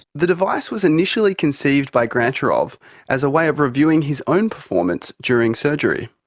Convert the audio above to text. the device was initially conceived by grantcharov as a way of reviewing his own performance during surgery.